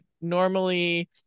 normally